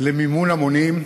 למימון המונים.